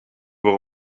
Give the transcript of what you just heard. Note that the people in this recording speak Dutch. voor